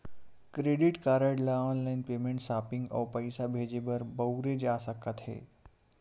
credit card ल online payment, shopping अउ पइसा भेजे बर बउरे जा सकत हे